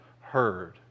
heard